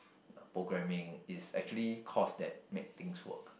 programming is actually course that make things work